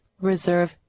Reserve